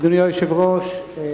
אדוני היושב-ראש,